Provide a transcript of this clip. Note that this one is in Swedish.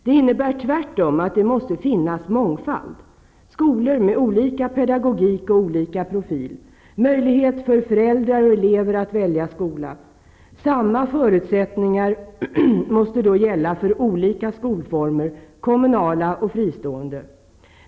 Det innebär tvärtom att det måste finnas mångfald, skolor med olika pedagogik och olika profil, och möjlighet för föräldrar och elever att välja skola. Samma förutsättningar måste då gälla för olika skolformer -- kommunala och fristående.